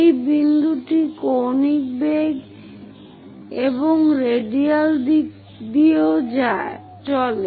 এই বিন্দুটি কৌণিক বেগ এবং রেডিয়াল দিক দিয়েও চলে